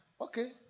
okay